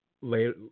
later